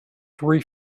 three